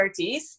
30s